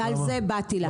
על זה באתי להגן.